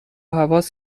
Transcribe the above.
هواس